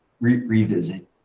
revisit